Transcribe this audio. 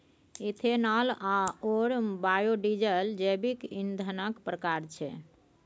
ethanol आओर biodiesel जैविक ईंधनक प्रकार छै